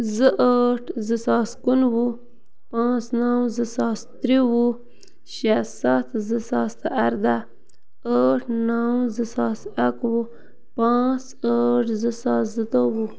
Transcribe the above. زٕ ٲٹھ زٕ ساس کُنہٕ وُہ پانٛژھ نَو زٕ ساس ترٛوٚوُہ شےٚ سَتھ زٕ ساس تہٕ اَرداہ ٲٹھ نَو زٕ ساس اَکہٕ وُہ پانٛژھ ٲٹھ زٕ ساس زٕتووُہ